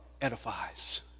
edifies